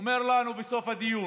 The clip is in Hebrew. אומר לנו בסוף הדיון: